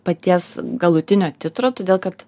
paties galutinio titro todėl kad